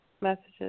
Messages